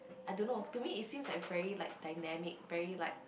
I don't know to me it seems like very like dynamic very like